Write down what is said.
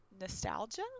nostalgia